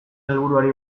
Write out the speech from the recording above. helburuari